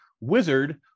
wizard